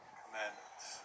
commandments